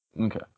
okay